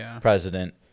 president